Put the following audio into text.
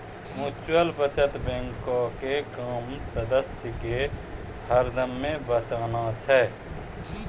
mutual बचत बैंको के काम सदस्य के हरदमे बचाना छै